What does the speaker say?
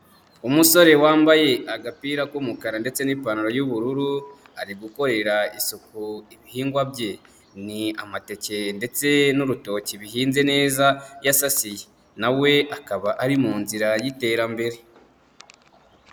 Umusore wambaye agapira k'umukara ndetse n'ipantaro y'ubururu ari gukorera isuku ibihingwa bye, ni amateke ndetse n'urutoki bihinze neza yasasiye nawe akaba ari mu nzira y'iterambere.